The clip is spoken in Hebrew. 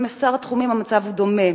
גם בשאר התחומים המצב דומה,